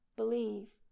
believe